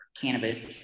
cannabis